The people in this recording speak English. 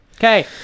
Okay